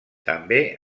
també